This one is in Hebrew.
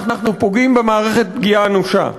אנחנו פוגעים במערכת פגיעה אנושה.